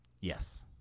Yes